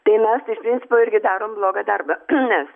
tai mes iš principo irgi darom blogą darbą nes